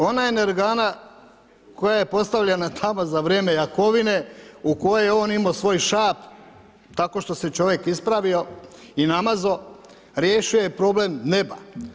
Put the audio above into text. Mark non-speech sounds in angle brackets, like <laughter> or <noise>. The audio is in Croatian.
Ona … <unintelligible> koja je postavljena tamo za vrijeme Jakovine u kojoj je on imao svoj šap tako što se čovjek ispravio i namazao riješio je problem neba.